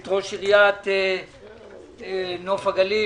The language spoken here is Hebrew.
ראש עיריית נוף הגליל,